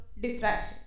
diffraction